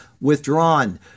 withdrawn